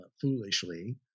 foolishly